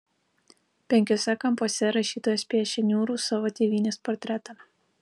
penkiuose kampuose rašytojas piešia niūrų savo tėvynės portretą